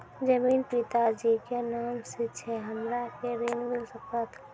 जमीन पिता जी के नाम से छै हमरा के ऋण मिल सकत?